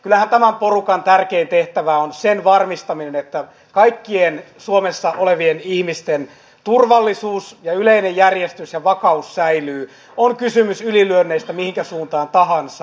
kyllähän tämän porukan tärkein tehtävä on sen varmistaminen että kaikkien suomessa olevien ihmisten turvallisuus ja yleinen järjestys ja vakaus säilyvät on kysymys ylilyönneistä mihinkä suuntaan tahansa